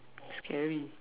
scary